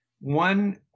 one